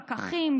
פקחים,